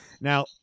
Now